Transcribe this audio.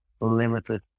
limited